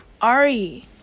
Ari